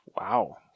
Wow